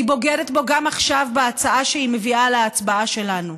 והיא בוגדת בו גם עכשיו בהצעה שהיא מביאה להצבעה שלנו.